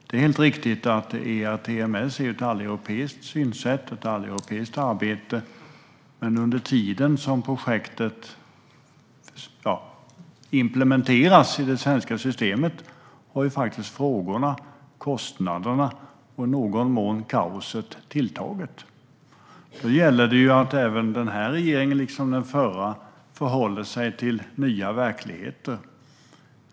Det är helt riktigt att ERTMS är ett alleuropeiskt synsätt och ett alleuropeiskt arbete, men under tiden som projektet implementeras i det svenska systemet har ju faktiskt frågorna, kostnaden och i någon mån kaoset tilltagit. Då gäller det ju att även denna regering, liksom den förra, förhåller sig till nya verkligheter.